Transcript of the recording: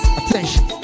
attention